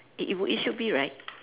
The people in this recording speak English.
it it would it should be right